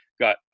got